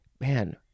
Man